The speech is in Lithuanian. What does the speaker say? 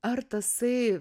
ar tasai